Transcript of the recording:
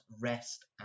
rest